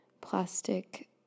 plastic